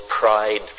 pride